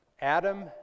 Adam